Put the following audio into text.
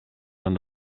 van